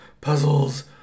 puzzles